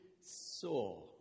saw